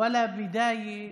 איפה תשים